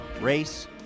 race